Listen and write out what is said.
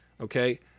Okay